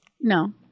No